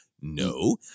no